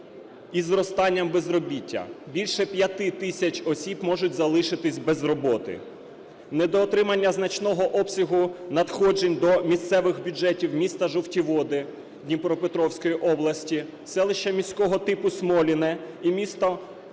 і зростання безробіття. Більше 5 тисяч осіб можуть залишитися без роботи. Недоотримання значного обсягу надходжень до місцевих бюджетів міста Жовті Води Дніпропетровської області, селища міського типу Смоліне і міста Мала